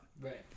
Right